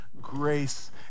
grace